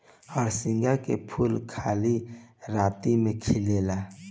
हरसिंगार के फूल खाली राती में खिलेला